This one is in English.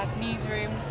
newsroom